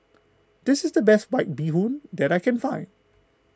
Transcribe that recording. this is the best White Bee Hoon that I can find